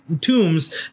tombs